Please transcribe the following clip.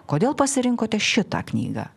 kodėl pasirinkote šitą knygą